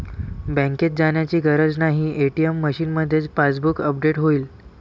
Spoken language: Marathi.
बँकेत जाण्याची गरज नाही, ए.टी.एम मशीनमध्येच पासबुक अपडेट होईल